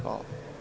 Hvala.